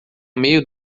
meio